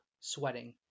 sweating